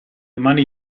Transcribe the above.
mani